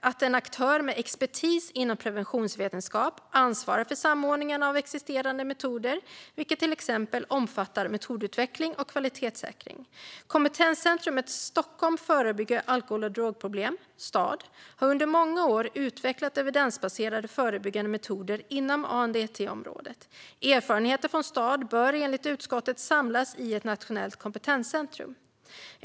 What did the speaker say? att en aktör med expertis inom preventionsvetenskap ansvarar för samordning av existerande metoder, vilket t.ex. omfattar metodutveckling och kvalitetssäkring. Kompetenscentrumet Stockholm förebygger alkohol och drogproblem har under många år utvecklat evidensbaserade förebyggande metoder inom ANDT-området. Erfarenheterna från STAD bör enligt utskottet samlas i ett nationellt kompetenscentrum.